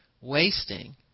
wasting